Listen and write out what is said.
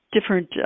different